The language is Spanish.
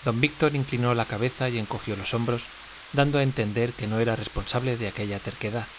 don víctor inclinó la cabeza y encogió los hombros dando a entender que no era responsable de aquella terquedad